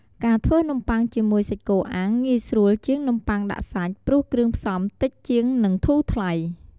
ការធ្វើនំបុ័ងជាមួយសាច់គោអាំងងាយស្រួលជាងនំបុ័ងដាក់សាច់ព្រោះគ្រឿងផ្សំតិចជាងនិងធូរថ្លៃ។